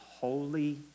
holy